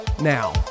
now